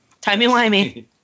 Timey-wimey